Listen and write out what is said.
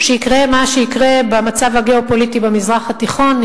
שיקרה מה שיקרה במצב הגיאו-פוליטי במזרח התיכון,